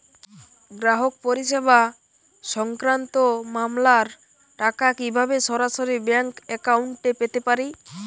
গ্রাহক পরিষেবা সংক্রান্ত মামলার টাকা কীভাবে সরাসরি ব্যাংক অ্যাকাউন্টে পেতে পারি?